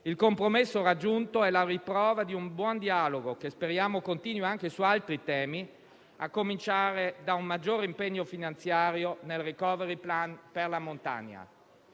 Il compromesso raggiunto è la riprova di un buon dialogo, che speriamo continui anche su altri temi, a cominciare da un maggiore impegno finanziario nel *recovery plan* per la montagna.